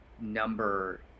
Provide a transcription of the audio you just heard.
number